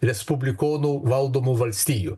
respublikonų valdomų valstijų